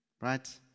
right